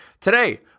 Today